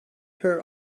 her